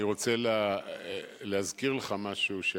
אני רוצה להזכיר לך משהו,